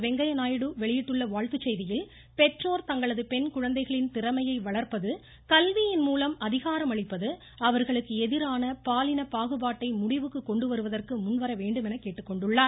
வெங்கைய நாயுடு வெளியிட்டுள்ள வாழ்த்துச் செய்தியில் பெற்றோர் தங்களது பெண் குழந்தைகளின் திறமையை வளர்ப்பது கல்வியின் மூலம் அதிகாரம் அளிப்பது அவர்களுக்கு எதிரான பாலின பாகுபாட்டை முடிவுக்கு கொண்டுவருவதற்கு முன்வர வேண்டுமென கேட்டுக்கொண்டுள்ளார்